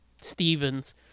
Stevens